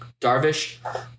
Darvish